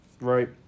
right